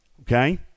Okay